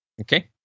okay